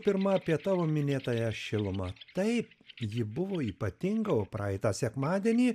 pirma apie tavo minėtąją šilumą taip ji buvo ypatinga o praeitą sekmadienį